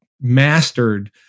mastered